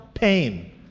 pain